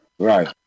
Right